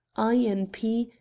i. n. p,